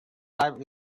life